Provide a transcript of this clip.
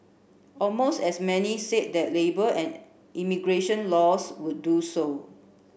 almost as many said that labour and immigration laws would do so